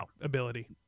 ability